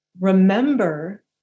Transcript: Remember